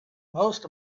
most